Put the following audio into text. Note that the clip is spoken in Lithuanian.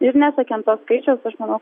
ir nesiekiant to skaičiaus aš manau